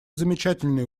замечательные